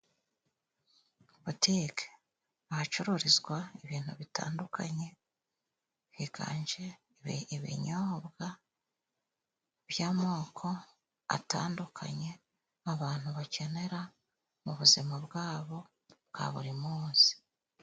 Butike ahacururizwa ibintu bitandukanye, higanje ibinyobwa by'amoko atandukanye abantu bakenera mu buzima bwabo bwa buri munsi.